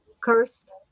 Cursed